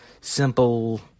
simple